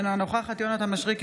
אינה נוכחת יונתן מישרקי,